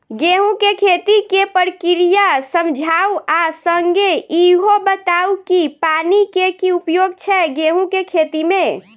गेंहूँ केँ खेती केँ प्रक्रिया समझाउ आ संगे ईहो बताउ की पानि केँ की उपयोग छै गेंहूँ केँ खेती में?